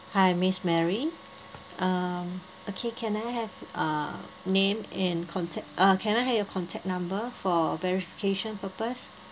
hi miss mary um okay can I have uh name and contac~ uh can I have your contact number for verification purpose